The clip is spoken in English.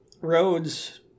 roads